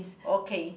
okay